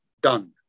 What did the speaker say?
done